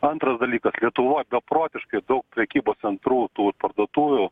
antras dalykas lietuvoj beprotiškai daug prekybos centrų tų ir parduotuvių